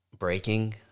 breaking